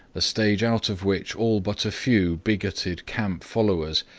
a stage out of which all but a few bigoted camp followers,